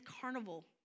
carnival